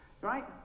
right